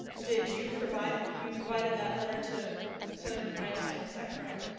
did you provide you provided that letter to senator feinstein, is that correct?